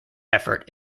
effort